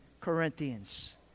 Corinthians